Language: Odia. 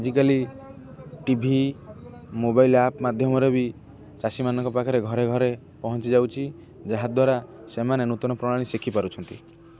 ଆଜିକାଲି ଟି ଭି ମୋବାଇଲ୍ ଆପ୍ ମାଧ୍ୟମରେ ବି ଚାଷୀମାନଙ୍କ ପାଖରେ ଘରେ ଘରେ ପହଞ୍ଚି ଯାଉଛି ଯାହାଦ୍ୱାରା ସେମାନେ ନୂତନ ପ୍ରଣାଳୀ ଶିଖିପାରୁଛନ୍ତି